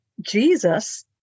Jesus